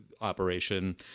operation